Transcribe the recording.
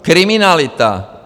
Kriminalita.